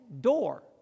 door